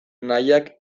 nahiak